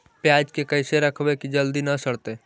पयाज के कैसे रखबै कि जल्दी न सड़तै?